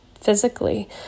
physically